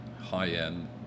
high-end